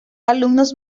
alumnos